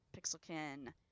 Pixelkin